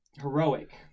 heroic